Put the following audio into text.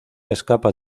escapa